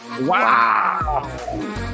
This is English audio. Wow